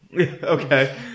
okay